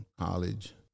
college